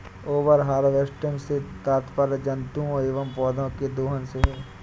over harvesting से तात्पर्य जंतुओं एंव पौधौं के दोहन से है